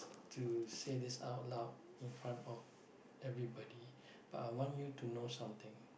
to say this out loud in front of everybody but I want you to know something